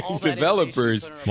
developers